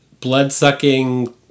blood-sucking